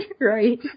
Right